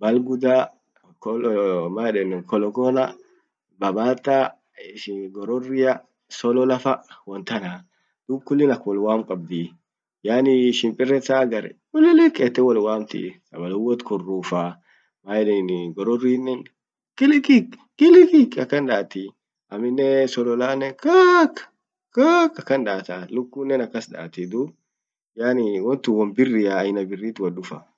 balgudaa. man yedani holokona. mabata. gorroria. sololofa wontanaa. dub kullin ak wol wamt qabdii. yani shimpire saa Hagar ulillik yette wo wamtii. sapalun wotkurufaa man yedani gororri nen kiliqi kiliqi akan datii aminen sololanen kaaq kaaq akan data. lukunen akas dati. dub yani wontun won borria aina birriat woldufa.